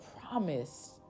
promise